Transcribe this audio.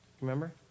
Remember